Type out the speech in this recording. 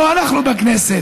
לא אנחנו בכנסת,